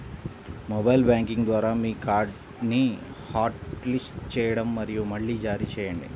mobile banking ద్వారా మీ కార్డ్ని హాట్లిస్ట్ చేయండి మరియు మళ్లీ జారీ చేయండి